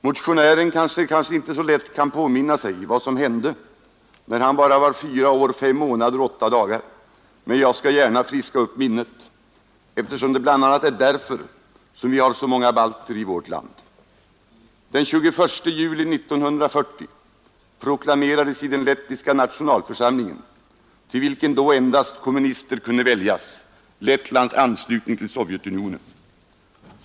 Motionären kanske inte så lätt kan minnas vad som hände när han bara var fyra år, fem månader och åtta dagar, men jag skall gärna friska upp minnet eftersom det bl.a. är därför som vi har så många balter i vårt land. Den 21 juli 1940 proklamerades i den lettiska nationalförsamlingen — till vilken då endast kommunister kunde väljas — Lettlands anslutning till Sovjetunionen.